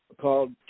called